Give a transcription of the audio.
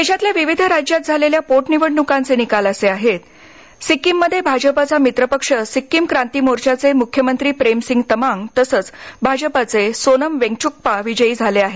देशातल्या विविध राज्यांत झालेल्या पोटनिवडण्कांचे निकाल असे आहेत सिक्कीममध्ये भाजपाचा मित्रपक्ष सिक्कीम क्रांती मोर्चाचे मुख्यमंत्री प्रेम सिंग तमांग तसंच भाजपाचे सोनम वेन्गचुक्पा विजयी झाले आहेत